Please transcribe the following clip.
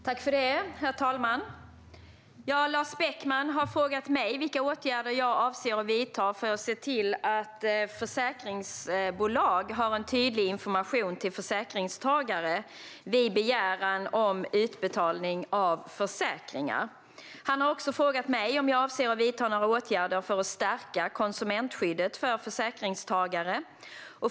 Herr ålderspresident! Lars Beckman har frågat mig vilka åtgärder jag avser att vidta för att se till att försäkringsbolag har en tydlig information till försäkringstagare vid begäran om utbetalning av försäkringar. Han har också frågat mig om jag avser att vidta några åtgärder för att stärka konsumentskyddet för försäkringstagare.